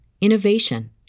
innovation